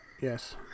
Yes